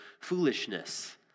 foolishness